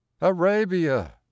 Arabia